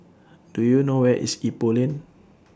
Do YOU know Where IS Ipoh Lane